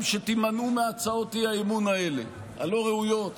גם שתימנעו מהצעות האי-אמון האלה, הלא-ראויות,